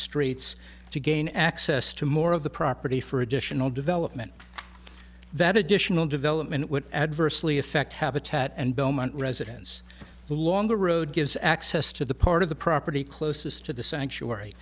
streets to gain access to more of the property for additional development that additional development would adversely affect habitat and belmont residents along the road gives access to the part of the property closest to the sanctuary